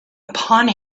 upon